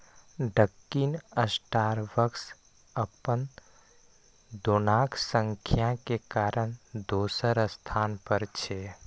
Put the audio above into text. Dunkin Starbucks अपन दोकानक संख्या के कारण दोसर स्थान पर छै